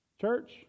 Church